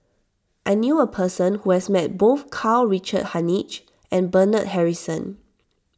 I knew a person who has met both Karl Richard Hanitsch and Bernard Harrison